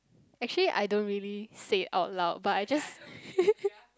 actually I don't really say it out loud but I just